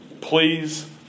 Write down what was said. Please